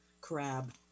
crab